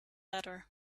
letter